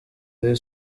rayon